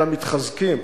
אלא מתחזקים,